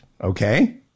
Okay